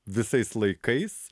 visais laikais